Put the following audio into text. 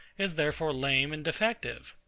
is therefore lame and defective.